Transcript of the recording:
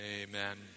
Amen